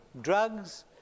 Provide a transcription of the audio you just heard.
drugs